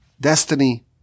destiny